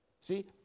See